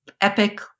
epic